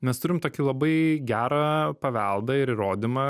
mes turim tokį labai gerą paveldą ir įrodymą